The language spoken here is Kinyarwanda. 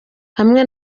hamwe